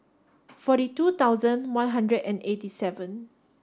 forty two thousand one hundred and eighty seven